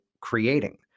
creating